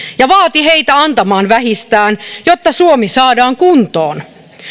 ja vaati heitä antamaan vähistään jotta suomi saadaan kuntoon